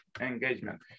engagement